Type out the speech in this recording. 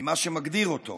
ממה שמגדיר אותו.